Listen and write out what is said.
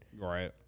right